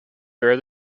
bear